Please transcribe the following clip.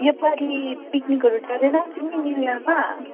यसपालि पिकनिकहरू जाँदैनौ तिमी न्यू इयरमा